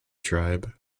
tribe